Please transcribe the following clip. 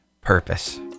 purpose